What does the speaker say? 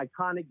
iconic